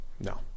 No